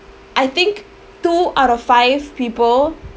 I think two out of five people